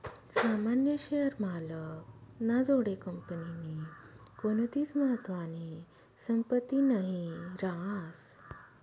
सामान्य शेअर मालक ना जोडे कंपनीनी कोणतीच महत्वानी संपत्ती नही रास